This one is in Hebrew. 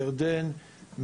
ירדן,